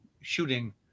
shooting